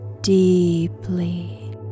deeply